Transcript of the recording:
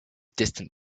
distant